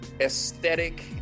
aesthetic